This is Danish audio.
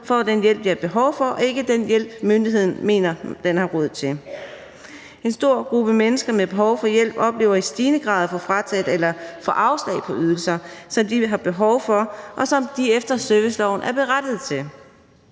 får den hjælp, de har behov for, og ikke den hjælp, myndigheden mener, den har råd til.« Og: »En stor gruppe mennesker med behov for hjælp oplever i stigende grad at få frataget eller at få afslag på ydelser, som de har behov for, og som de efter serviceloven er berettiget til.